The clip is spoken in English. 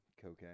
cocaine